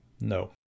no